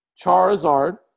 Charizard